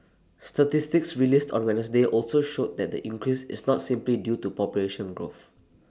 statistics released on Wednesday also showed that the increase is not simply due to population growth